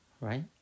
Right